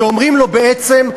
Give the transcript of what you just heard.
שאומרים לו בעצם: